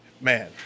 Man